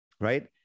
right